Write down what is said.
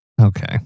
Okay